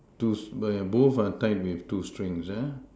two both are tied with two strings ah